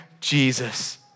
Jesus